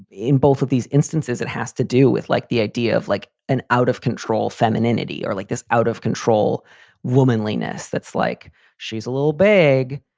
in both of these instances, it has to do with like, the idea of like an out of control femininity or like this out of control womanliness. that's like she's a little bag,